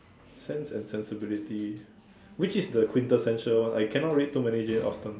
Sense and Sensibility which is the quintessential one I cannot read too many Jane-Austen